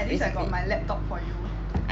at least I got my laptop for you